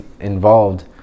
involved